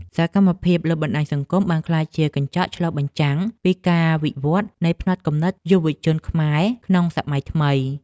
សកម្មភាពលើបណ្តាញសង្គមបានក្លាយជាកញ្ចក់ឆ្លុះបញ្ចាំងពីការវិវឌ្ឍនៃផ្នត់គំនិតយុវជនខ្មែរក្នុងយុគសម័យថ្មី។